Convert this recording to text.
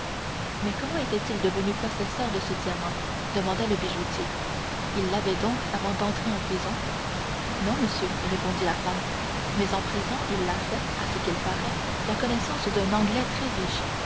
mais comment était-il devenu possesseur de ce diamant demanda le bijoutier il l'avait donc avant d'entrer en prison non monsieur répondit la femme mais en prison il a fait à ce qu'il paraît la connaissance d'un anglais très riche